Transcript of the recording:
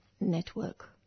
Network